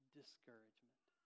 discouragement